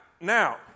now